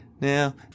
Now